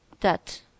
That